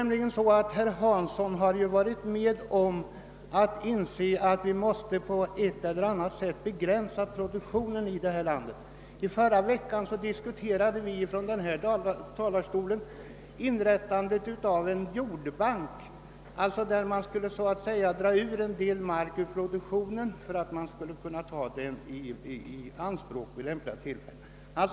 Herr Hansson inser emellertid att vi på ett eller annat sätt måste begränsa jordbruksproduktionen här i landet. I förra veckan diskuterade vi inrättandet av en jordbank, som innebar att man skulle så att säga föra mark ut ur produktionen för att sedermera kunna ta den i anspråk vid lämpliga tillfällen.